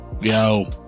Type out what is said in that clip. Yo